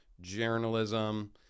journalism